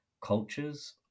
cultures